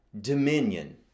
dominion